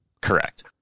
Correct